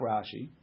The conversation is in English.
Rashi